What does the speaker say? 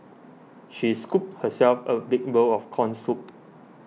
she scooped herself a big bowl of Corn Soup